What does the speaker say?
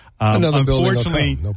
unfortunately